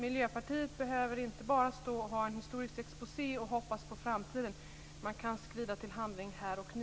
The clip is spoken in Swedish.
Miljöpartiet behöver inte bara ha en historisk exposé och hoppas på framtiden, man kan skrida till handling här och nu.